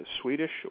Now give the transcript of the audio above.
Swedish